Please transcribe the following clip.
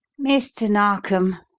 mr. narkom,